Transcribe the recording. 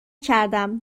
کردم